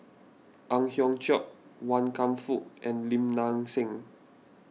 Ang Hiong Chiok Wan Kam Fook and Lim Nang Seng